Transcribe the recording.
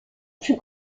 plus